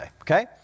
Okay